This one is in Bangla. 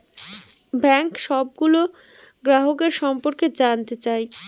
ব্যাঙ্ক সবগুলো গ্রাহকের সম্পর্কে জানতে চায়